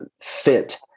fit